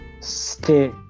stay